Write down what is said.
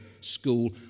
school